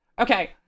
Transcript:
okay